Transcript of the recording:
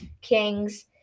Kings